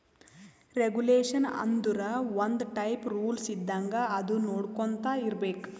regulation ಆಂದುರ್ ಒಂದ್ type rules ಇದ್ದಂಗ ಅದು ನೊಡ್ಕೊಂತಾ ಇರ್ಬೇಕ್